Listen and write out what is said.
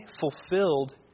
fulfilled